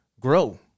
grow